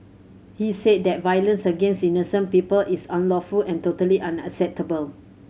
he said that violence against innocent people is unlawful and totally unacceptable